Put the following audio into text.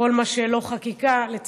כל מה שלא חקיקה, לצערי,